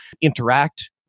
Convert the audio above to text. interact